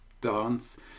dance